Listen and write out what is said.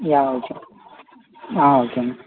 yeah okay okay